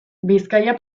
bizkaia